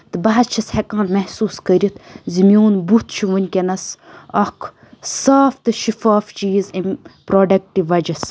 تہٕ بہٕ حظ چھَس ہٮ۪کان محسوٗس کٔرِتھ زِ میون بُتھ چھُ وٕنکیٚنَس اَکھ صاف تہٕ شِفاف چیٖز اَمہِ پروڈَکٹ وَجہ سۭتۍ